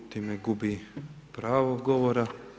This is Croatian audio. Time gubi pravo govora.